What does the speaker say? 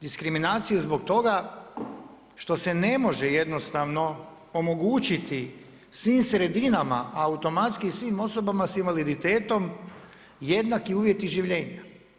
Diskriminaciju zbog toga što se ne može jednostavno omogućiti svim sredinama automatskim i svim osobama sa invaliditetom jednaki uvjeti življenja.